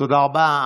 תודה רבה.